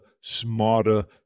smarter